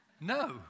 No